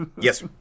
Yes